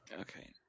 Okay